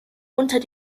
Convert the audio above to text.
unter